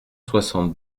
soixante